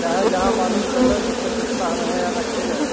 चाहे जहाँ मालूम कर लो सबसे सस्ता हमहे यहाँ रखे हैं